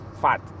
fat